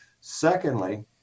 Secondly